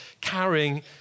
carrying